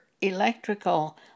electrical